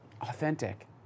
authentic